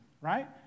right